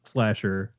Slasher